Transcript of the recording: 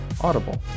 Audible